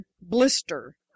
blister